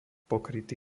pokrytý